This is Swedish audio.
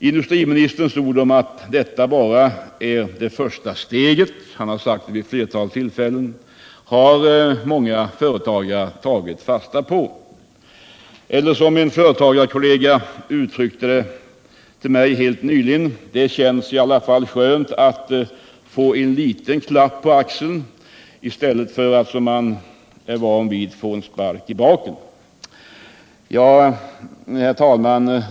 Industriministerns uttalande om att detta bara är det första steget — något som han har sagt vid ett flertal tillfällen — har många företagare tagit fasta på eller, som en företagarkollega sade till mig helt nyligen: Det känns i alla fall skönt att få en liten klapp på axeln i stället för att, som man är van vid, få en spark i baken. Herr talman!